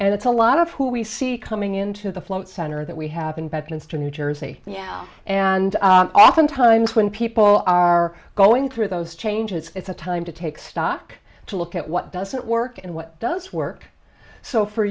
that's a lot of who we see coming into the float center that we have been button's to new jersey yeah and often times when people are going through those changes it's a time to take stock to look at what doesn't work and what does work so for